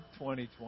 2020